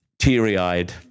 Teary-eyed